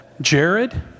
Jared